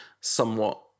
somewhat